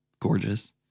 Gorgeous